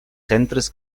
centres